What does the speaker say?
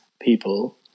people